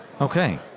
Okay